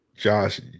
Josh